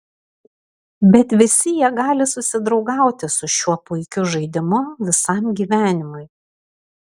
bet visi jie gali susidraugauti su šiuo puikiu žaidimu visam gyvenimui